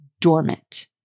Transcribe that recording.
dormant